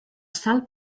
sal